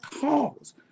cause